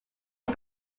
est